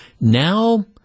now